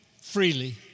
freely